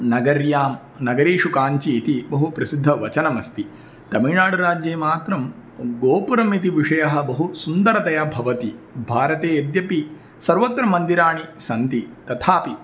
नगर्यां नगरीषु काञ्चीति बहु प्रसिद्धं वचनमस्ति तमिळ्नाडुराज्ये मात्रं गोपुरमिति विषयः बहु सुन्दरतया भवति भारते यद्यपि सर्वत्र मन्दिराणि सन्ति तथापि